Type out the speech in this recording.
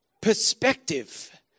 perspective